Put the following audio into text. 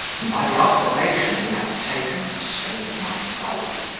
and, by the observation he hath taken of the state of my soul,